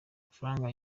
amafaranga